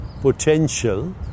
potential